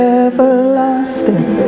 everlasting